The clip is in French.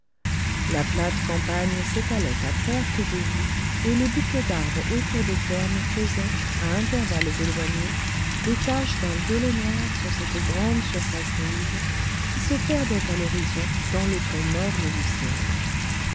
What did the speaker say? la plate campagne s'étalait à perte de vue et les bouquets d'arbres autour des fermes faisaient à intervalles éloignés des taches d'un violet noir sur cette grande surface grise qui se perdait à l'horizon dans le ton morne du ciel